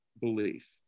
belief